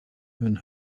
hun